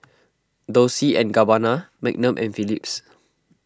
Dolce and Gabbana Magnum and Philips